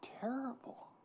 terrible